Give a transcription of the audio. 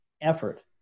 effort